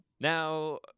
now